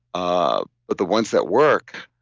ah but the ones that work,